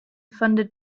funded